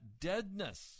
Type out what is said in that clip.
deadness